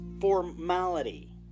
formality